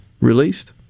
released